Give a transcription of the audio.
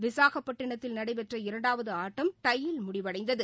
விசாகப்பட்டினத்தில் நடைபெற்ற இரண்டாவதுஆட்டம் டையில் முடிவடைந்தது